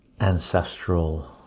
ancestral